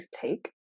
take